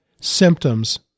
symptoms